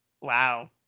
Wow